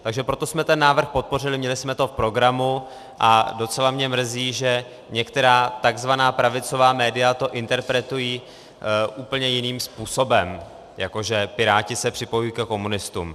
Takže proto jsme ten návrh podpořili, měli jsme to v programu a docela mě mrzí, že některá tzv. pravicová média to interpretují úplně jiným způsobem, jako že Piráti se připojují ke komunistům.